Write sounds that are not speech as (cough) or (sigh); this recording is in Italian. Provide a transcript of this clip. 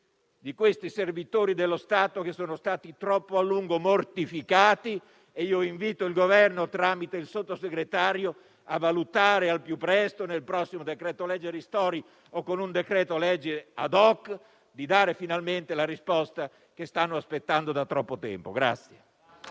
di questi servitori dello Stato che sono stati troppo a lungo mortificati e invito il Governo, tramite il Sottosegretario, a dare finalmente e al più presto nel prossimo decreto-legge ristori o con un decreto-legge *ad hoc* la risposta che stanno aspettando da troppo tempo. (applause)